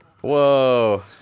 whoa